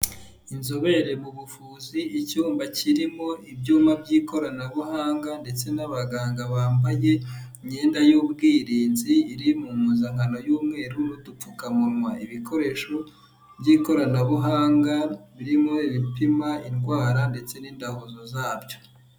Inzobere mu buvuzi icyumba kirimo ibyuma by'ikoranabuhanga ndetse n'abaganga bambaye ,imyenda y'ubwirinzi iri mu mpuzankano y'umweru n'udupfukamunwa, ibikoresho by'ikoranabuhanga birimo ibipima indwara ndetse n'indahuzo zabyo.